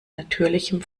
natürlichem